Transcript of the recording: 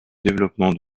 développement